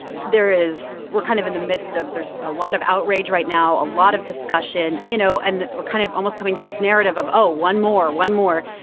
there is we're kind of in the midst of there's a lot of outrage right now, a lot of discussion. you know, and we're kind of almost coming to this narrative of, oh, one more, one more.